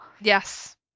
Yes